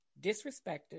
Disrespected